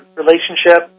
relationship